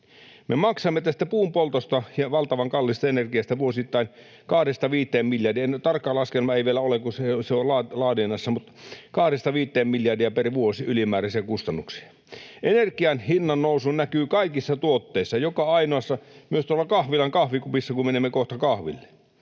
ole, kun se on laadinnassa, mutta 2—5 miljardia per vuosi tulee ylimääräisiä kustannuksia. Energian hinnannousu näkyy kaikissa tuotteissa, joka ainoassa, myös tuolla kahvilan kahvikupissa, kun menemme kohta kahville.